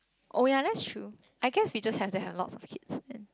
oh ya that's true I guess we just have to have lot of kids like that